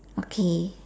okay